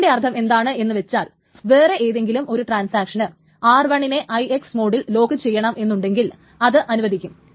അതിന്റെ അർത്ഥം എന്താണ് എന്ന് വച്ചാൽ വേറെ ഏതെങ്കിലും ഒരു ട്രാൻസാക്ഷന് r1 നെ IX മോഡിൽ ലോക്കു ചെയ്യണം എന്നുണ്ടെങ്കിൽ അത് അനുവദിക്കും